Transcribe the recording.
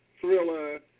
thriller